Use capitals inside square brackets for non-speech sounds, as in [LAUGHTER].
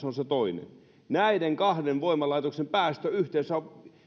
[UNINTELLIGIBLE] on toinen näiden kahden voimalaitoksen päästöt yhteensä ovat